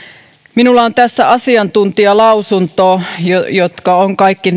minulla on tässä asiantuntijalausunto ne kaikki